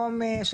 חומש,